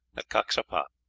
at caxapa.